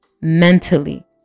mentally